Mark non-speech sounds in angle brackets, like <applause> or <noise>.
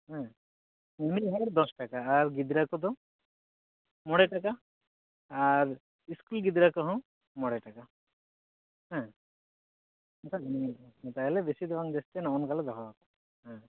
ᱦᱮᱸ ᱢᱤᱢᱤᱫ ᱦᱚᱲ ᱫᱚ ᱫᱚᱥ ᱴᱟᱠᱟ ᱟᱨ ᱜᱤᱫᱽᱨᱟᱹ ᱠᱚᱫᱚ ᱢᱚᱬᱮ ᱴᱟᱠᱟ ᱟᱨ ᱥᱠᱩᱞ ᱜᱤᱫᱽᱨᱟᱹ ᱠᱚᱦᱚᱸ ᱢᱚᱬᱮ ᱴᱟᱠᱟ ᱦᱮᱸ <unintelligible> ᱢᱮᱛᱟᱭᱟᱞᱮ ᱵᱮᱥᱤ ᱫᱚ ᱵᱟᱝ ᱡᱟᱹᱥᱛᱤᱭᱟ ᱱᱚᱜᱼᱚ ᱱᱚᱝᱠᱟ ᱞᱮ ᱫᱚᱦᱚᱣᱟᱠᱟᱫᱟ ᱦᱮᱸ